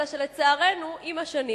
אלא שלצערנו עם השנים